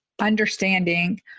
understanding